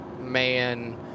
man